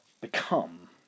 become